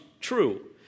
true